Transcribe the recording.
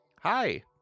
hi